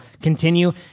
continue